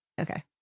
Okay